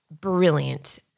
brilliant